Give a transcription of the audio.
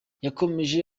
yakomeje